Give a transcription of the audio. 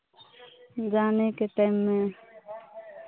जाने के टाइम में